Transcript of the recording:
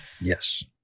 Yes